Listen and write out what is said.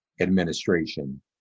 administration